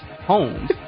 homes